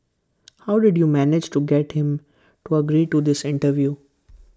how did you manage to get him to agree to this interview